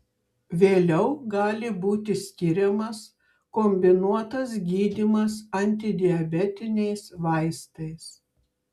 vėliau gali būti skiriamas kombinuotas gydymas antidiabetiniais vaistais